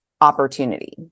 opportunity